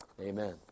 Amen